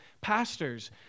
pastors